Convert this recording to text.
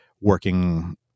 working